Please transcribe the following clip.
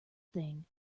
thing